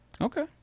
Okay